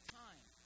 time